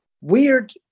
weird